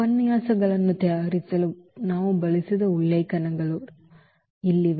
ಉಪನ್ಯಾಸಗಳನ್ನು ತಯಾರಿಸಲು ನಾವು ಬಳಸಿದ ಉಲ್ಲೇಖಗಳು ಇಲ್ಲಿವೆ